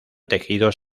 tejidos